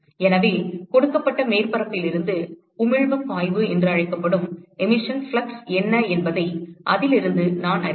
எனவே கொடுக்கப்பட்ட மேற்பரப்பிலிருந்து உமிழ்வுப் பாய்வு என்ன என்பதை அதிலிருந்து நான் அறிவேன்